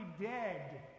dead